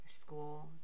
school